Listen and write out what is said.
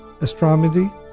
astronomy